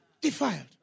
defiled